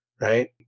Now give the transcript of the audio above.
right